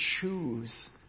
choose